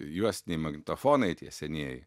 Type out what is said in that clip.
juostiniai magnetofonai tie senieji